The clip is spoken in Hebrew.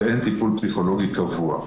אין טיפול פסיכולוגי קבוע.